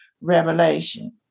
Revelation